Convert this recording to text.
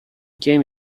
game